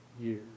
years